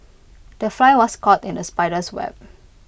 the fly was caught in the spider's web